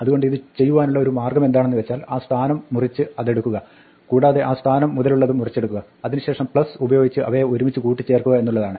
അതുകൊണ്ട് ഇത് ചെയ്യുവാനുള്ള ഒരു മാർഗ്ഗമെന്താണെന്ന് വെച്ചാൽ ആ സ്ഥാനം വരെ മുറിച്ച് അതെടുക്കുക കൂടാതെ ആ സ്ഥാനം മുതലുള്ളതും മുറിച്ചെടുക്കുക അതിന് ശേഷം ഉപയോഗിച്ച് അവയെ ഒരുമിച്ച് കൂട്ടിച്ചേർക്കുക എന്നുള്ളതാണ്